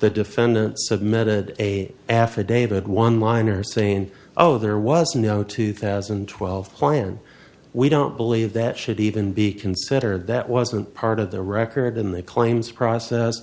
the defendant submitted a affidavit one liner saying oh there was no two thousand and twelve plan we don't believe that should even be considered that wasn't part of the record in the claims process